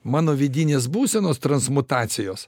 mano vidinės būsenos transmutacijos